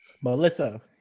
Melissa